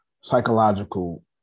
psychological